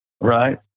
Right